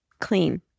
clean